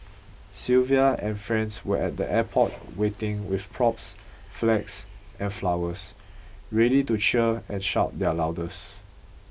Sylvia and friends were at the airport waiting with props flags and flowers ready to cheer and shout their loudest